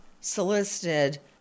solicited